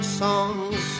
songs